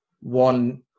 one